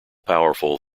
powerful